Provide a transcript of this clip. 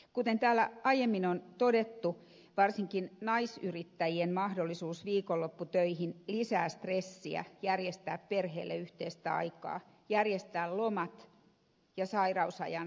kuten täällä aiemmin on todettu varsinkin naisyrittäjien mahdollisuus viikonlopputöihin lisää stressiä järjestää perheelle yhteistä aikaa järjestää lomat ja sairausajan sijaisuus